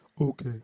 okay